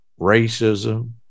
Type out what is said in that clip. racism